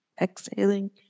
Exhaling